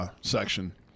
section